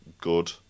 good